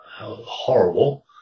horrible